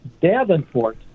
Davenport